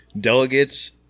delegates